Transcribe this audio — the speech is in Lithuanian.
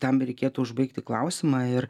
tam reikėtų užbaigti klausimą ir